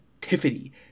Tiffany